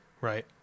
Right